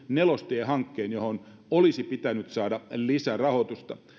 nelostie hankkeen johon olisi pitänyt saada lisärahoitusta